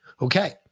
okay